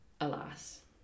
Alas